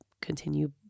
continue